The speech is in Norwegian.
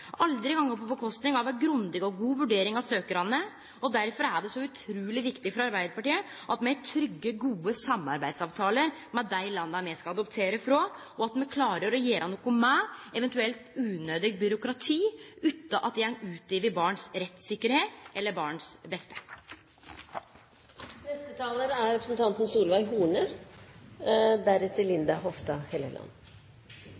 aldri gå ut over barna, aldri gå ut over ei grundig og god vurdering av søkjarane. Derfor er det så utruleg viktig for Arbeidarpartiet at me har trygge og gode samarbeidsavtalar med dei landa me skal adoptere frå, og at me klarar å gjere noko med eventuelt unødig byråkrati utan at det går ut over barns rettstryggleik eller barns